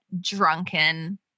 drunken